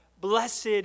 blessed